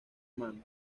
mano